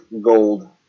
gold